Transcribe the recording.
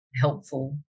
Helpful